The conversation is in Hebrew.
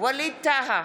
ווליד טאהא,